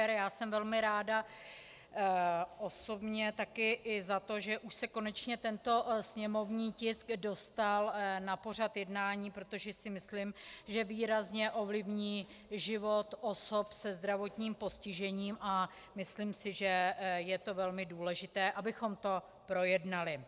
Já jsem velmi ráda osobně taky i za to, že už se konečně tento sněmovní tisk dostal na pořad jednání, protože si myslím, že výrazně ovlivní život osob se zdravotním postižením, a myslím si, že je velmi důležité, abychom to projednali.